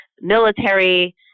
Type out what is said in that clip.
military